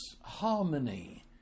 harmony